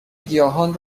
گیاهان